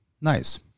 Nice